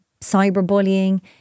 cyberbullying